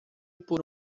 por